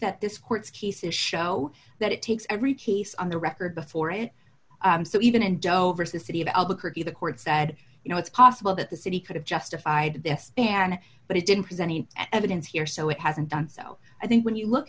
that this court case is show that it takes every case on the record before it so even in dover city of albuquerque the court said you know it's possible that the city could have justified the espana but it didn't present any evidence here so it hasn't done so i think when you look